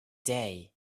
day